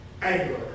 Anger